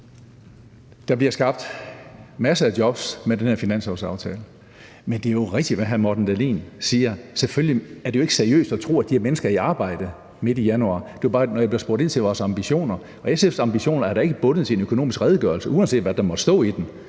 Der bliver skabt masser af jobs med den her finanslovsaftale, men det er jo rigtigt, hvad hr. Morten Dahlin siger, altså at det selvfølgelig ikke er seriøst at tro, at de her mennesker er i arbejde midt i januar – men det var bare, fordi jeg blev spurgt ind til SF's ambitioner. Og SF's ambitioner er da ikke bundet til en økonomisk redegørelse, uanset hvad der måtte stå i den.